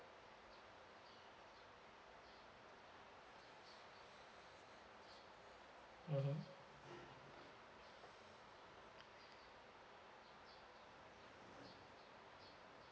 mmhmm